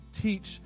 teach